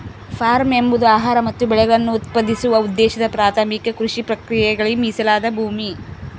form ಎಂಬುದು ಆಹಾರ ಮತ್ತು ಬೆಳೆಗಳನ್ನು ಉತ್ಪಾದಿಸುವ ಉದ್ದೇಶದ ಪ್ರಾಥಮಿಕ ಕೃಷಿ ಪ್ರಕ್ರಿಯೆಗಳಿಗೆ ಮೀಸಲಾದ ಭೂಮಿ